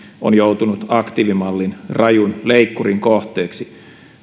on joutunut aktiivimallin rajun leikkurin kohteeksi